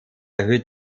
erhöht